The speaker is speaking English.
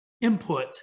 input